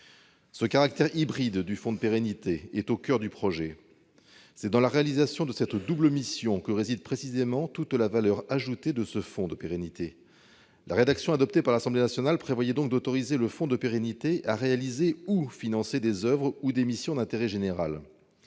Le caractère hybride du fonds de pérennité est au coeur du projet : c'est dans la réalisation de cette double mission que réside toute la valeur ajoutée de cette structure. C'est pourquoi la rédaction adoptée par l'Assemblée nationale prévoyait d'autoriser le fonds de pérennité à réaliser ou à financer des oeuvres ou des missions d'intérêt général.